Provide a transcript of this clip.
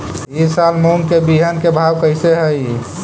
ई साल मूंग के बिहन के भाव कैसे हई?